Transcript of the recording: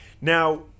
now